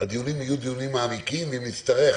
הדיונים יהיו דיונים מעמיקים ואם נצטרך